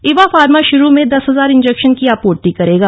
Eva Pharma शुरू में दस हजार इंजेक्शन की आपूर्ति करेगा